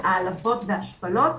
על העלבות והשפלות,